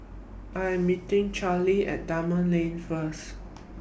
I'm meeting Chelsi At Dunman Lane First